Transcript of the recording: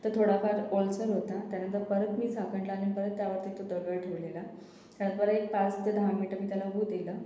तर थोडाफार ओलसर होता त्यानंतर परत मी झाकण लावलंन परत त्यावरती तो दगड ठेवलेला त्यानंतर परत पाच ते दहा मिंट मी त्याला हू दिलं